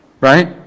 right